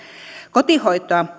kotihoitoa